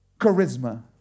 charisma